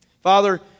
Father